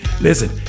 Listen